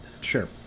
Sure